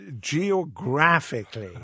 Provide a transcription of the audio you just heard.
Geographically